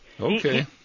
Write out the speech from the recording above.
Okay